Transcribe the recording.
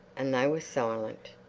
and they were silent.